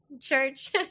church